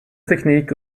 technique